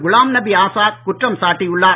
குலாம்நபி ஆசாத் குற்றம் சாட்டியுள்ளார்